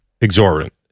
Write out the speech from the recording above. exorbitant